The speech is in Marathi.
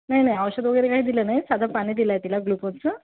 नाही नाही औषध वगैरे काही दिलं नाही साधं पाणी दिलंय तिला ग्लूकोजचं